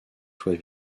soit